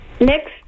Next